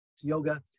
yoga